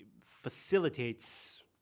facilitates